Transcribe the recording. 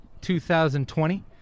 2020